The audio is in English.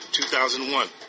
2001